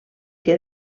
que